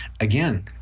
again